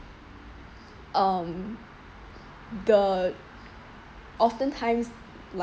um the oftentimes